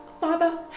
father